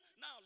now